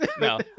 No